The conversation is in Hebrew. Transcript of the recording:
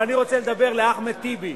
אבל אני רוצה לדבר אל אחמד טיבי